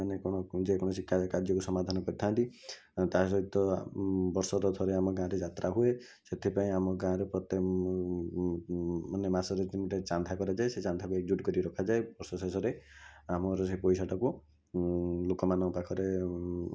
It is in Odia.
ମାନେ କ'ଣ ଯେକୌଣସି କାର୍ଯ୍ୟକୁ ସମାଧାନ କରିଥାନ୍ତି ତା ସହିତ ବର୍ଷର ଥରେ ଆମ ଗାଁ'ରେ ଯାତ୍ରା ହୁଏ ସେଇଥିପାଇଁ ଆମ ଗାଁ'ରେ ପ୍ରତ୍ୟେକ ମାନେ ମାସରେ ତିନି ଥର ଚାନ୍ଦା କରାଯାଏ ସେଇ ଚାନ୍ଦାକୁ ଏକଜୁଟ୍ କରି ରଖାଯାଏ ବର୍ଷ ଶେଷରେ ଆମର ସେ ପଇସାଟାକୁ ଲୋକମାନଙ୍କ ପାଖରେ